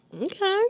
Okay